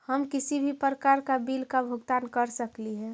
हम किसी भी प्रकार का बिल का भुगतान कर सकली हे?